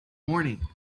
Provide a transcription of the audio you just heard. morning